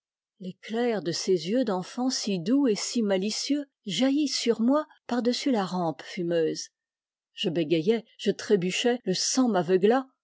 l'éclair de ses yeux d'enfant si doux et si malicieux jaillit sur moi par-dessus la rampe fumeuse je bégayai je trébuchai le sang m'aveugla